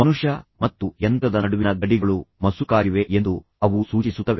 ಮನುಷ್ಯ ಮತ್ತು ಯಂತ್ರದ ನಡುವಿನ ಗಡಿಗಳು ಮಸುಕಾಗಿವೆ ಎಂದು ಅವು ಸೂಚಿಸುತ್ತವೆ